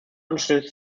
unterstützt